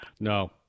No